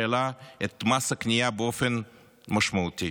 שהעלה את מס הקנייה באופן משמעותי.